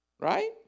Right